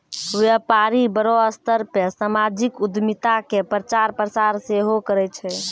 व्यपारी बड़ो स्तर पे समाजिक उद्यमिता के प्रचार प्रसार सेहो करै छै